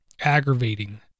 aggravating